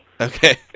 Okay